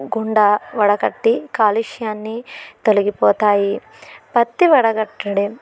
కుండ వడకట్టి కాలుష్యాన్ని తొలగిపోతాయి పత్తి వడగట్టుట